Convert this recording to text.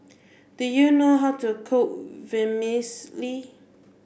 do you know how to cook Vermicelli